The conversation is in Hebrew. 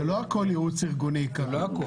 זה לא הכול ייעוץ ארגוני כאן.